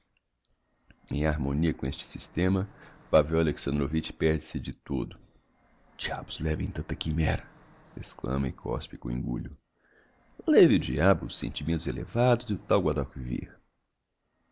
em harmonia com este sistema pavel alexandrovitch perde-se de todo diabos levem tanta chiméra exclama e cospe com engulho leve o diabo os sentimentos elevados e o tal